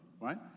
right